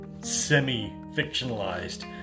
semi-fictionalized